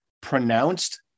pronounced